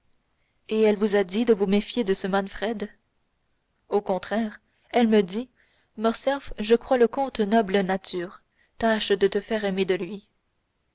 et elle vous a dit de vous méfier de ce manfred au contraire elle me dit morcerf je crois le comte une noble nature tâche de te faire aimer de lui